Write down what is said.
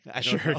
Sure